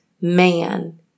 man